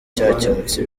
cyakemutse